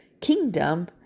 kingdom